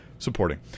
Supporting